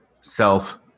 self